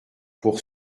pour